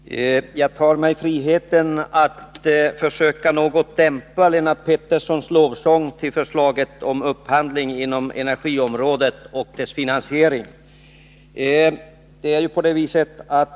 Herr talman! Jag tar mig friheten att försöka något dämpa Lennart Petterssons lovsång till förslaget om upphandling inom energiområdet och dess finansiering.